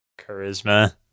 Charisma